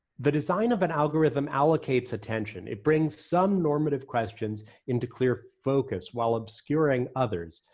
the design of an algorithm allocates attention. it brings some normative questions into clear focus while obscuring others.